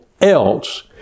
else